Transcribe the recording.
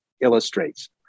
illustrates